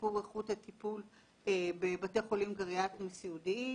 שיפור איכות הטיפול בבתי חולים גריאטריים סיעודיים.